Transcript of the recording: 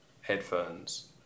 headphones